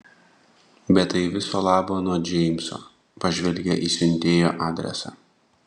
bet tai viso labo nuo džeimso pažvelgė į siuntėjo adresą